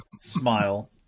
smile